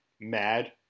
mad